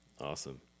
Awesome